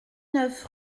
neuf